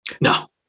No